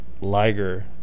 Liger